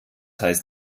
heißt